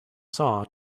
saw